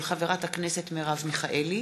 מאת חברת הכנסת מרב מיכאלי,